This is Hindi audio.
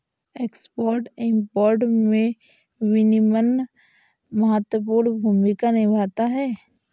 एक्सपोर्ट इंपोर्ट में विनियमन महत्वपूर्ण भूमिका निभाता है